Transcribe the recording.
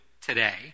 today